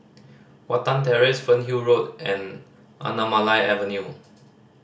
Watten Terrace Fernhill Road and Anamalai Avenue